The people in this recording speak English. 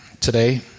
today